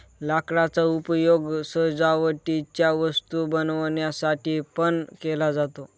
लाकडाचा उपयोग सजावटीच्या वस्तू बनवण्यासाठी पण केला जातो